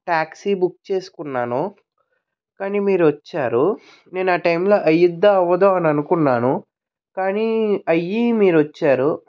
taxi book చేసుకున్నాను కానీ మీరు వచ్చారు నేనా టైమ్లో అయ్యిద్దా అవ్వదో అని అనుకున్నాను కానీ అయ్యి మీరు వచ్చారు